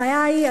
הבעיה היא,